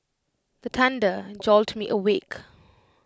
the thunder jolt me awake